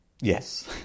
yes